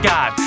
God